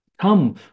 come